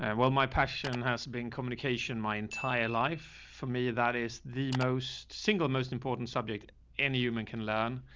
and well, my passion has been communication my entire life. familiar. that is the most single, most important subject any human can learn.